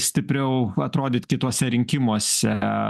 stipriau atrodyt kituose rinkimuose